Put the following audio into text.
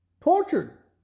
tortured